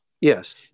Yes